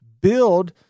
build